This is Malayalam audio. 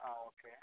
ആ ഓക്കെ